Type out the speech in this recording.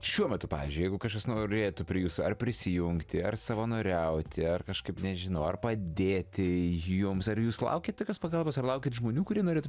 šiuo metu pavyzdžiui jeigu kažkas norėtų prie jūsų ar prisijungti ar savanoriauti ar kažkaip nežinau ar padėti jums ar jūs laukiat tokios pagalbos ar laukiat žmonių kurie norėtų